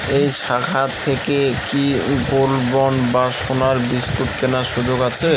এই শাখা থেকে কি গোল্ডবন্ড বা সোনার বিসকুট কেনার সুযোগ আছে?